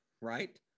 right